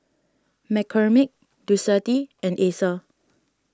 McCormick Ducati and Acer